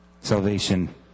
Salvation